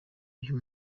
uyu